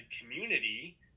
community